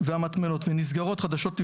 ונסגרות חדשות.